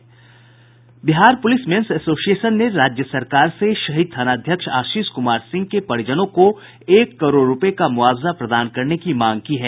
Bihar police men's association ने राज्य सरकार से शहीद थानाध्यक्ष आशीष कुमार सिंह के परिजनों को एक करोड़ रुपये का मुआवजा प्रदान करने की मांग की है